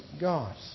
God